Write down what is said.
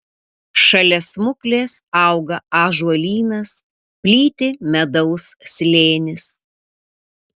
šalia smuklės auga ąžuolynas plyti medaus slėnis